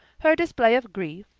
her display of grief,